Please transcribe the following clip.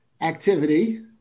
activity